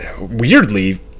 weirdly